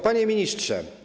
Panie Ministrze!